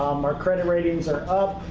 um our credit ratings are up.